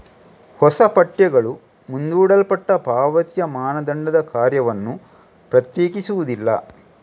ಹೊಸ ಪಠ್ಯಗಳು ಮುಂದೂಡಲ್ಪಟ್ಟ ಪಾವತಿಯ ಮಾನದಂಡದ ಕಾರ್ಯವನ್ನು ಪ್ರತ್ಯೇಕಿಸುವುದಿಲ್ಲ